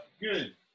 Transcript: Good